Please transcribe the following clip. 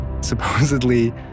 Supposedly